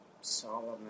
Solomon